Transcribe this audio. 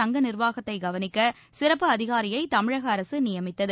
சங்க நிர்வாகத்தை கவனிக்க சிறப்பு அதிகாரியை தமிழக அரசு நியமித்தது